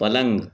पलंग